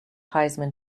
heisman